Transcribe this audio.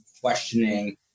questioning